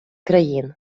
країн